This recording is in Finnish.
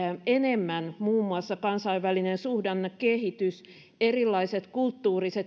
enemmän muun muassa kansainvälinen suhdannekehitys ja erilaiset kulttuuriset